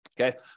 okay